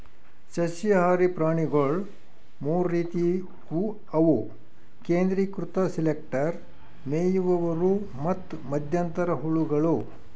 ಸಸ್ಯಹಾರಿ ಪ್ರಾಣಿಗೊಳ್ ಮೂರ್ ರೀತಿವು ಅವು ಕೇಂದ್ರೀಕೃತ ಸೆಲೆಕ್ಟರ್, ಮೇಯುವವರು ಮತ್ತ್ ಮಧ್ಯಂತರ ಹುಳಗಳು